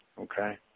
okay